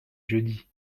jeudi